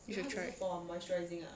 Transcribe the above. you should try it